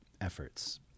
efforts